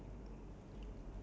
or you feel ya